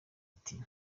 ati